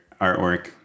artwork